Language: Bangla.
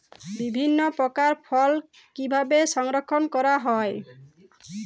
বিভিন্ন প্রকার ফল কিভাবে সংরক্ষণ করা হয়?